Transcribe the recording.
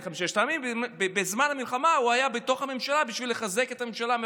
בזמן המלחמה הוא היה בתוך הממשלה בשביל לחזק את הממשלה מהאופוזיציה.